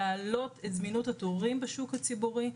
להעלות את זמינות התורים בשוק הציבורי,